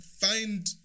find